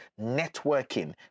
networking